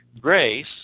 grace